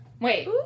Wait